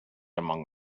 among